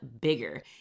bigger